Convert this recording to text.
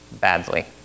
badly